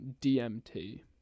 DMT